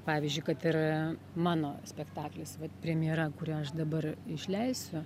pavyzdžiui kad ir mano spektaklis premjera kurią aš dabar išleisiu